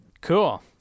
Cool